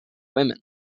women